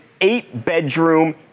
eight-bedroom